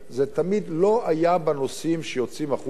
זה תמיד לא היה בנושאים שיוצאים החוצה,